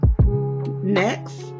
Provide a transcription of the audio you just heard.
Next